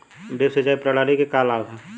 Drip सिंचाई प्रणाली के का लाभ ह?